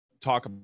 talk